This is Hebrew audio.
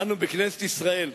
אנו, בכנסת ישראל,